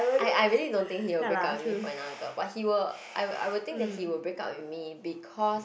I I really don't think he will break up with me for another girl but he will I'll I will think that he will break up with me because